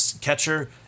catcher